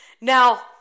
Now